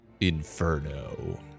inferno